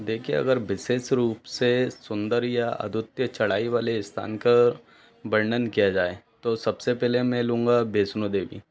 देखिए अगर विशेष रूप से सुंदर या अद्वितीय चढ़ाई वाले स्थान का वर्णन किया जाए तो सबसे पहले मैं लूँगा वैष्णो देवी